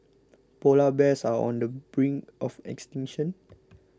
Polar Bears are on the brink of extinction